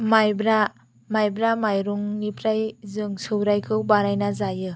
माइब्रा माइब्रा माइरंनिफ्राय जों सौरायखौ बानायना जायो